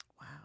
Wow